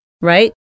right